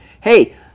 hey